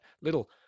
little